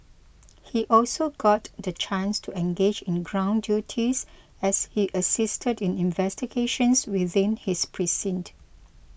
he also got the chance to engage in ground duties as he assisted in investigations within his precinct